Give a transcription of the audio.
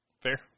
Fair